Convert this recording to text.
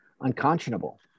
unconscionable